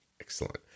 Excellent